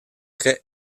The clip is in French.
très